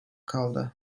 kaldı